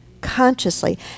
consciously